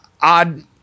odd